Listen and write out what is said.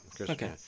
Okay